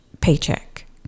paycheck